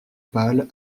pâles